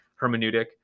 hermeneutic